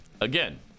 Again